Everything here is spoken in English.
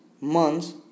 months